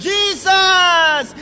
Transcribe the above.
Jesus